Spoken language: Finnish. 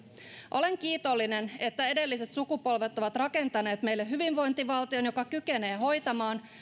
olen kiitollinen että edelliset sukupolvet ovat rakentaneet meille hyvinvointivaltion joka kykenee hoitamaan